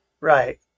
Right